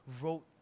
wrote